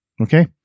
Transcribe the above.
Okay